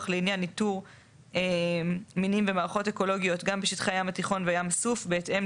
לעניין ניטור מינים ומערכות אקולוגיות גם בשטחי ים התיכון וים סוף בהתאם